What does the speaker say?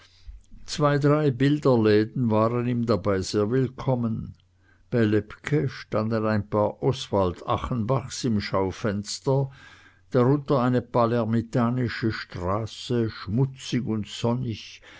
zwei drei bilderläden waren ihm dabei sehr willkommen bei lepke standen ein paar oswald achenbachs im schaufenster darunter eine palermitanische straße schmutzig und sonnig